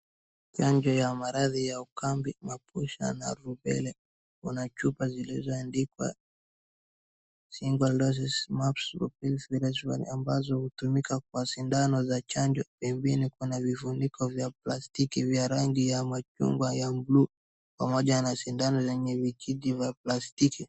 Chanjo ya maradhi ya ukambi, mapusha na Rubella, kuna chupa lilioandikwa single doses mumps vaccination ambazo hutumika kwa sindano za chanjo. Pembeni kuna vifuniko vya plastiki vya rangi ya machungwa au ya blue pamoja na sindano yenye vijiti vya plastiki.